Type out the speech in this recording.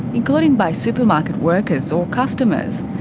including by supermarket workers, or customers.